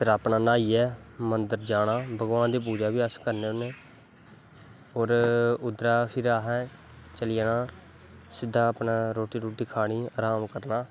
फिर अपनैं न्हाईयै मन्दर जाना भगवान दी पूजा बी अस करनें होने और उध्दर दा फिर असैं चली जाना सिद्दै अपनै रौटी रट्टी खानी अराम करना